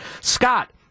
Scott